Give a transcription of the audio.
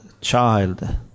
child